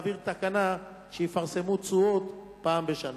להעביר תקנה שיפרסמו תשואות פעם בשנה.